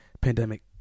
pandemic